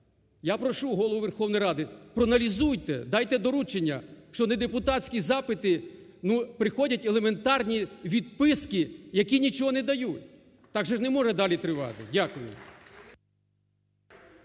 Я прошу Голову Верховної Ради проаналізуйте дайте доручення, що на депутатські запити приходять елементарні відписки, які нічого не дають. Так же ж не може далі тривати. Дякую.